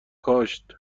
کاشت